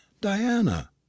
Diana—